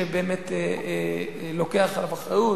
שבאמת לוקח עליו אחריות,